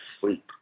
sleep